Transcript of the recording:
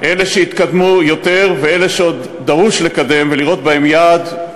אלה שהתקדמו יותר ואלה שעוד דרוש לקדם ולראות בהם יעד.